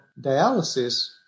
dialysis